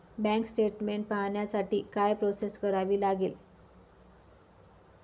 Bank statement पाहण्यासाठी काय process करावी लागेल?